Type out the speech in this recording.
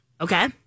Okay